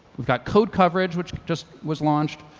we've got code coverage, which just was launched,